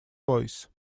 voice